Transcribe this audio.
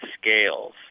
scales